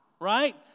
right